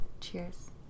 cheers